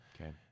Okay